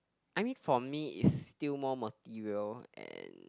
I mean for me is still more material and